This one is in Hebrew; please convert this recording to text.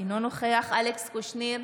אינו נוכח אלכס קושניר,